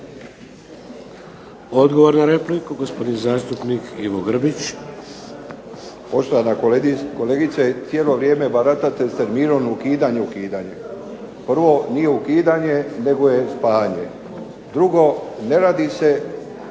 Odgovor na repliku, gospodin zastupnik Ivo Grbić. **Grbić, Ivo (HDZ)** Poštovana kolegice, cijelo vrijeme baratate s terminom ukidanje, ukidanje. Prvo, nije ukidanje nego je spajanje. Drugo, ne radi se